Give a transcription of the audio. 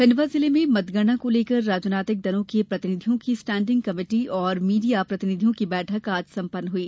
खंडवा जिले में मतगणना को लेकर राजनीतिक दलों के प्रतिनिधियों की स्टेंडिंग कमेटी और मीडिया प्रतिनिधियों की बैठक आज संपन्न हुई